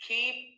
Keep